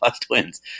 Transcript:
twins